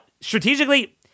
strategically